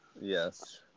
Yes